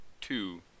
Two